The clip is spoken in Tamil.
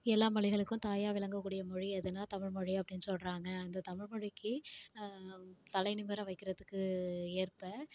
எல்லா மொழிகளுக்கும் தாயாக விளங்கக்கூடிய மொழி எதுன்னால் தமிழ்மொழி அப்படின்னு சொல்கிறாங்க அந்த தமிழ்மொழிக்கு தலை நிமிர வைக்கிறத்துக்கு ஏற்ப